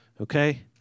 okay